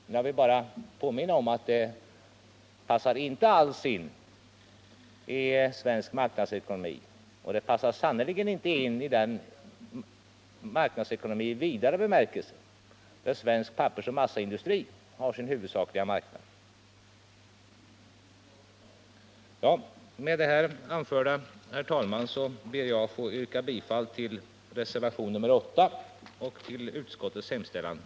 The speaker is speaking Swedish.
Men jag vill påminna om att det inte alls passar in i svensk marknadsekonomi och sannerligen inte i den marknadsekonomi i Nr 172 vidare bemärkelse där svensk pappersoch massaindustri har sin huvudsak Fredagen den liga marknad. 8 juni 1979 Med det anförda ber jag, herr talman, att få yrka bifall till reservation nr 8